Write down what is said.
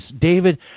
David